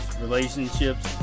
relationships